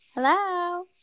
Hello